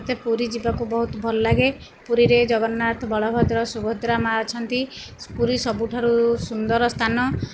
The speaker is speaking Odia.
ମୋତେ ପୁରୀ ଯିବାକୁ ବହୁତ ଭଲ ଲାଗେ ପୁରୀରେ ଜଗନ୍ନାଥ ବଳଭଦ୍ର ସୁଭଦ୍ରା ମା ଅଛନ୍ତି ପୁରୀ ସବୁଠୁ ସୁନ୍ଦର ସ୍ଥାନ